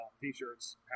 T-shirts